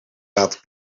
laten